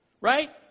Right